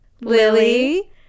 Lily